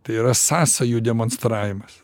tai yra sąsajų demonstravimas